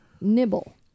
Nibble